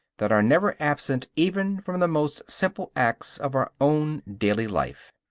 that are never absent even from the most simple acts of our own daily life.